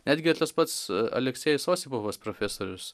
netgi ir tas pats aleksėjus osipovas profesorius